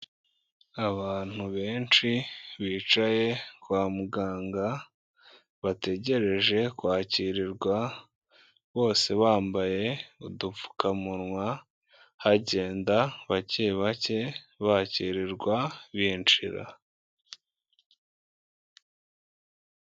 Abantu benshi, bicaye kwa muganga, bategereje kwakirirwa, bose bambaye udupfukamunwa, hagenda bake bake, bakirirwa binjira.